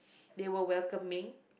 they were welcoming